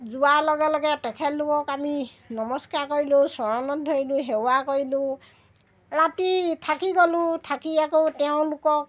যোৱাৰ লগে লগে তেখেতলোকক আমি নমস্কাৰ কৰিলোঁ চৰণত ধৰিলোঁ সেৱা কৰিলোঁ ৰাতি থাকি গ'লোঁ থাকি আকৌ তেওঁলোকক